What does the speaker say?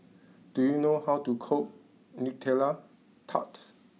do you know how to cook Nutella Tart